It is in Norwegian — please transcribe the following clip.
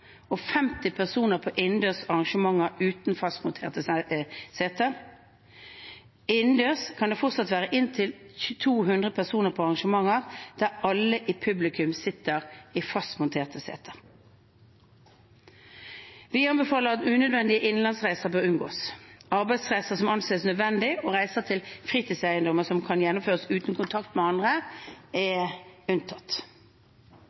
og 50 personer på innendørs arrangementer uten fastmonterte seter. Innendørs kan det fortsatt være inntil 200 personer på arrangementer der alle i publikum sitter i fastmonterte seter. Unødvendige innenlandsreiser bør unngås. Arbeidsreiser som anses nødvendige, og reiser til fritidseiendommer som kan gjennomføres uten kontakt med andre,